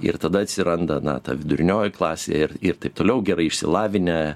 ir tada atsiranda na ta vidurinioji klasė ir ir taip toliau gerai išsilavinę